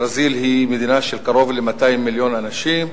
ברזיל היא מדינה של קרוב ל-200 מיליון אנשים.